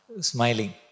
smiling